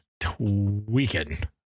tweaking